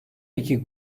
iki